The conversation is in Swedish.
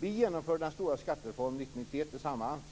Vi genomförde den stora skattereformen 1991 tillsammans.